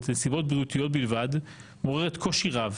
מסיבות בריאותיות בלבד מעוררת קושי רב